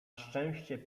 szczęście